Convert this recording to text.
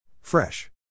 Fresh